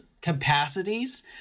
capacities